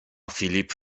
filip